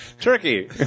Turkey